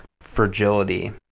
fragility